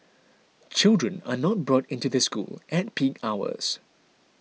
children are not brought into the school at peak hours